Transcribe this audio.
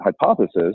hypothesis